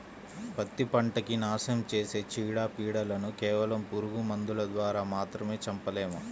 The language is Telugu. పత్తి పంటకి నాశనం చేసే చీడ, పీడలను కేవలం పురుగు మందుల ద్వారా మాత్రమే చంపలేము